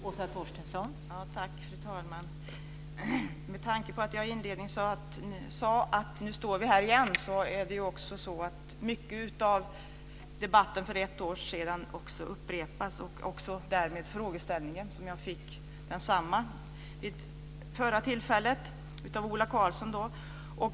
Fru talman! Med tanke på att jag i inledningen sade att nu står vi här igen är det också mycket av debatten för ett år sedan upprepas och därmed även frågeställningen. Jag fick samma fråga vid förra tillfället av Ola Karlsson.